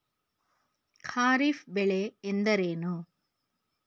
ಖಾರಿಫ್ ಬೆಳೆ ಎಂದರೇನು?